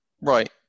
right